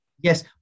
Yes